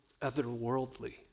otherworldly